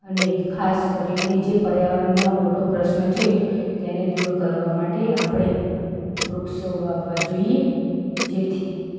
અને ખાસ કરીને જે પર્યાવરણમાં મોટો પ્રશ્ન છે તેને દૂર કરવા માટે આપણે વૃક્ષો વાવવા જોઈએ જેથી